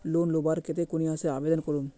Loan लुबार केते कुनियाँ से आवेदन करूम?